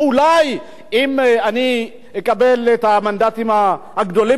אם אני אקבל את המנדטים הגדולים ביותר אחרי הבחירות.